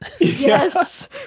Yes